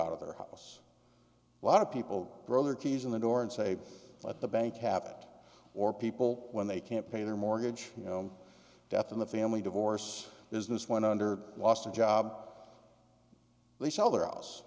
out of their house lot of people brother keys in the door and say let the bank have it or people when they can't pay their mortgage you know death in the family divorce business when under lost a job they sell their house